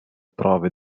prove